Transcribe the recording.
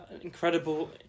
incredible